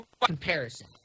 comparison